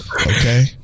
okay